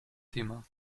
thema